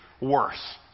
worse